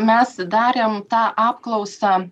mes darėm tą apklausą